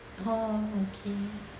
oh